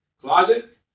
closet